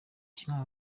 kimwe